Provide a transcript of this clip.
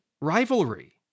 rivalry